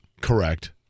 correct